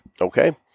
Okay